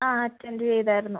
ആ അറ്റൻഡ് ചെയ്തായിരുന്നു